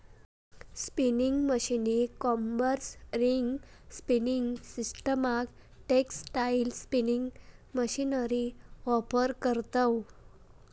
spinning मशीनीक combers, ring spinning सिस्टमाक textile spinning machinery offer करतव